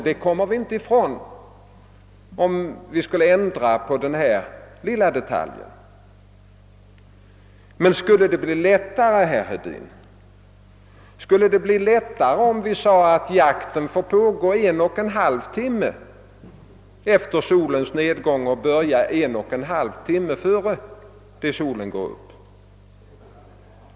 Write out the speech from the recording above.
Det kommer vi inte ifrån, även om vi skulle ändra på denna lilla detalj. Men skulle det bli lättare, herr Hedin, om vi sade att jakten får pågå 11 ; timme innan solen går upp?